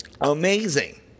amazing